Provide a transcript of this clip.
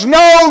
no